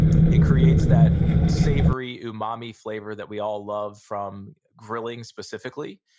it creates that savory umami flavor that we all love from grilling specifically,